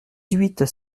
huit